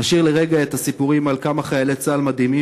נשאיר לרגע את הסיפורים על כמה חיילי צה"ל מדהימים,